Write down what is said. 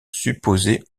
supposée